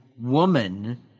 woman